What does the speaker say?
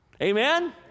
Amen